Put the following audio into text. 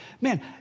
man